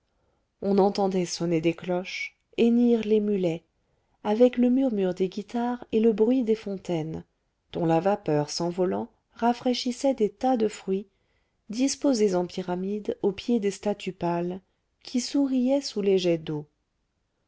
on entendait sonner des cloches hennir les mulets avec le murmure des guitares et le bruit des fontaines dont la vapeur s'envolant rafraîchissait des tas de fruits disposés en pyramide au pied des statues pâles qui souriaient sous les jets d'eau